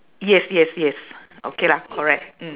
yes yes yes okay lah correct mm